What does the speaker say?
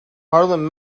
harlan